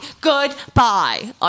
goodbye